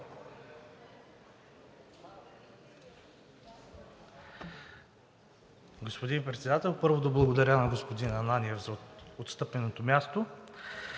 Господин Председател, първо да благодаря на господин Ананиев за отстъпеното място.